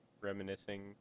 reminiscing